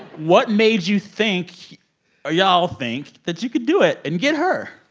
what made you think or y'all think that you could do it and get her?